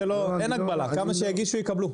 כמה שיגישו יקבלו.